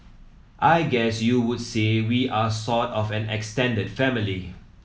I guess you would say we are sort of an extended family